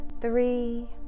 three